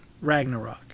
Ragnarok